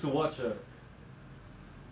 oh my god they are like so old